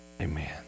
Amen